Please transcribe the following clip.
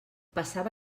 passava